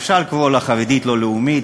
אפשר לקרוא לה "חרדית לא לאומית"